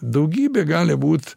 daugybė gali būt